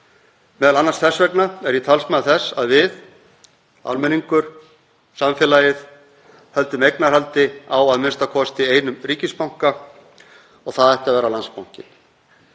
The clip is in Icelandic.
Meðal annars þess vegna er ég talsmaður þess að við, almenningur, samfélagið, höldum eignarhaldi á a.m.k. einum ríkisbanka og það ætti að vera Landsbankinn.